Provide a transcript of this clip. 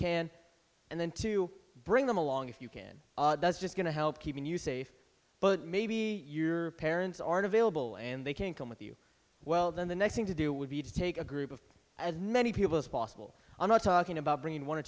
can and then to bring them along if you can that's just going to help keep you safe but maybe your parents aren't available and they can come with you well then the next thing to do would be to take a group of as many people as possible i'm not talking about bringing one or